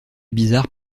bizarre